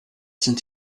sind